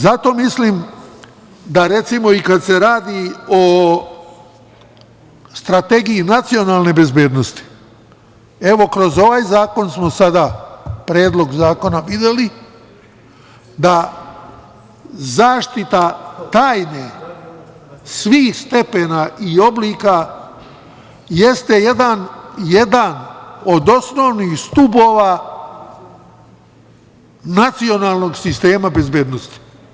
Zato mislim da, recimo, i kad se radi o strategiji nacionalne bezbednosti, evo kroz ovaj zakon smo sada, Predlog zakona, videli da zaštita tajne svih stepena i oblika jeste jedan od osnovnih stubova nacionalnog sistema bezbednosti.